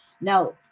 Now